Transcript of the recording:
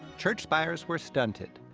church spires were stunted,